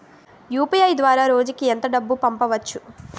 UPI ద్వారా రోజుకి ఎంత డబ్బు పంపవచ్చు?